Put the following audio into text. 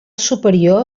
superior